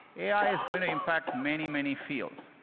ai is going to impact many, many fields.